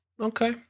okay